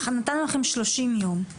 אנחנו נתנו לכם 30 יום,